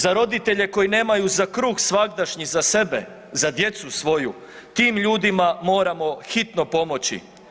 Za roditelje koji nemaju za kruh svagdašnji za sebe, za djecu svoju, tim ljudima moramo hitno pomoći.